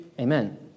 Amen